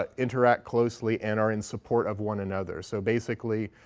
ah interact closely and are in support of one another. so basically,